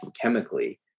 chemically